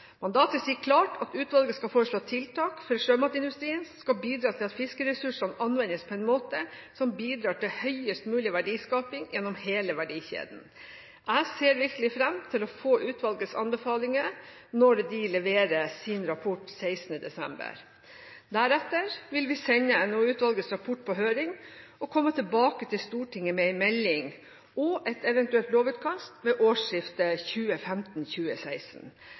Mandatet sier klart at utvalget skal foreslå tiltak for sjømatindustrien som skal bidra til at fiskeressursene anvendes på en måte som bidrar til høyest mulig verdiskaping gjennom hele verdikjeden. Jeg ser virkelig fram til å få utvalgets anbefalinger når de leverer sin rapport 16. desember. Deretter vil vi sende NOU-utvalgets rapport på høring og komme tilbake til Stortinget med en melding og et eventuelt lovutkast ved årsskiftet